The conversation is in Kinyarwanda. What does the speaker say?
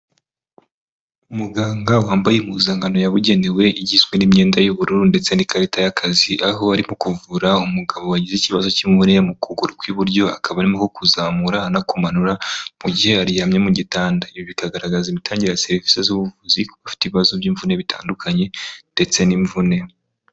Umuganga wambaye impuzankano yabugenewe, igizwe n'imyenda y'ubururu ndetse n'ikarita y'akazi, aho arimo kuvura umugabo wagize ikibazo cy'muriya mu kuguru ku iburyo, akaba arimo ku kuzamura anakumanura mu gihe aryamye mu gitanda. Ibi bikagaragaza imitangire ya serivisi z'ubuvuzi kuko afite ibibazo by'imvune bitandukanye ndetse n'imvune.